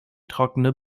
trockene